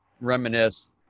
reminisce